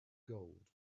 gold